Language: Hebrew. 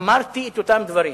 אמרתי את אותם דברים.